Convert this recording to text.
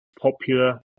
popular